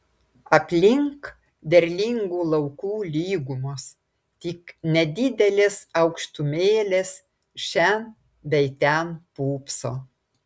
aplink derlingų laukų lygumos tik nedidelės aukštumėlės šen bei ten pūpso